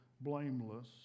blameless